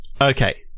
Okay